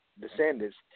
descendants